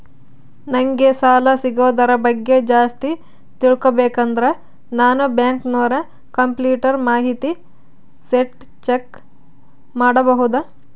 ನಂಗೆ ಸಾಲ ಸಿಗೋದರ ಬಗ್ಗೆ ಜಾಸ್ತಿ ತಿಳಕೋಬೇಕಂದ್ರ ನಾನು ಬ್ಯಾಂಕಿನೋರ ಕಂಪ್ಯೂಟರ್ ಮಾಹಿತಿ ಶೇಟ್ ಚೆಕ್ ಮಾಡಬಹುದಾ?